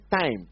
time